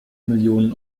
million